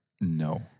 No